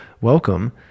welcome